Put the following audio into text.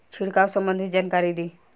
छिड़काव संबंधित जानकारी दी?